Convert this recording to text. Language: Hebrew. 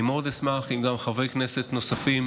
אני מאוד אשמח אם חברי כנסת נוספים